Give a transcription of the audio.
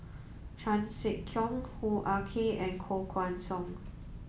Chan Sek Keong Hoo Ah Kay and Koh Guan Song